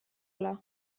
ala